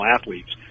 athletes